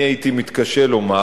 אני הייתי מתקשה לומר.